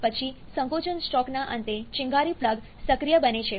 પછી સંકોચન સ્ટ્રોકના અંતે ચિનગારી પ્લગ સક્રિય બને છે